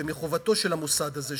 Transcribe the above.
ומחובתו של המוסד הזה,